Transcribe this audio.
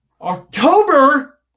October